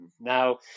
Now